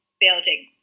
building